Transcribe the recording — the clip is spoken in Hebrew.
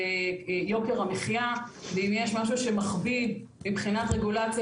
זה יוקר המחייה ואם יש משהו שמכביד מבחינת רגולציה